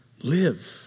live